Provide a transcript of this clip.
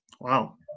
Wow